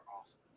awesome